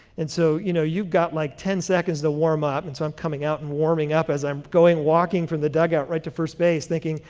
and so, you know, you've got like ten seconds to warm up, and so i'm coming out and warming up as i'm going walking from the dugout right to first base, thinking,